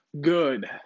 good